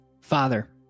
Father